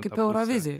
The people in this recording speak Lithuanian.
kaip eurovizijoj